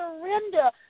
surrender